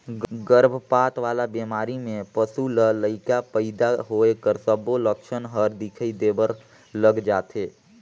गरभपात वाला बेमारी में पसू ल लइका पइदा होए कर सबो लक्छन हर दिखई देबर लग जाथे